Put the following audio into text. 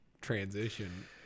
transition